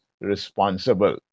Responsible